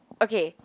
okay